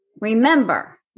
remember